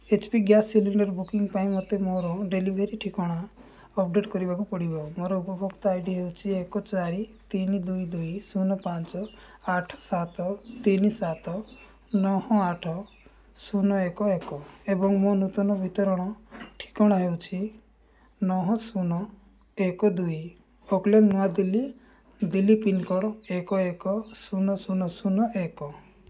H P gas cylinder booking ପାଇଁ ମୋତେ ମୋର ଡେଲିଭରି ଠିକଣା ଅପଡ଼େଟ୍ କରିବାକୁ ପଡ଼ିବ ମୋର ଉପଭୋକ୍ତା ଆଇ ଡ଼ି ହେଉଛି ଏକ ଚାରି ତିନି ଦୁଇ ଦୁଇ ଶୂନ ଆଠ ସାତ ତିନି ସାତ ନଅ ଆଠ ଶୂନ ଏକ ଏକ ଏବଂ ନୂତନ ବିତରଣ ଠିକଣା ହେଉଛି ନଅ ଶୂନ ଏକ ଦୁଇ ଓକ୍ ଲେନ୍ ନୂଆଦିଲ୍ଲୀ ଦିଲ୍ଲୀ ପିନକୋଡ଼୍ ଏକ ଏକ ଶୂନ ଶୂନ ଶୂନ ଏକ